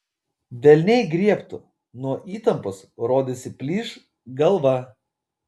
velniai griebtų nuo įtampos rodėsi plyš galva